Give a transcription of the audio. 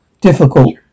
difficult